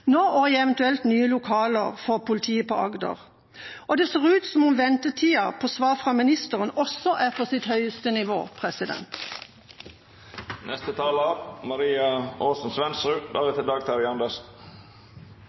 nå og i eventuelt nye lokaler for politiet på Agder. Det ser ut som om ventetida på svar fra ministeren også er på sitt høyeste nivå.